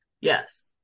Yes